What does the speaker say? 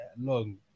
Long